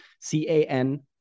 c-a-n